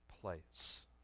place